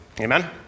amen